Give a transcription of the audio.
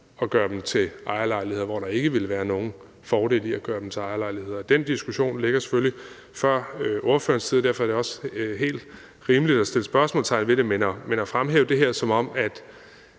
at gøre dem til ejerlejligheder, og hvor der ikke ville være nogen fordel i at gøre dem til ejerlejligheder. Den diskussion ligger selvfølgelig før ordførerens tid, og derfor er det også helt rimeligt at sætte spørgsmålstegn ved det, men at fremhæve det her, som om det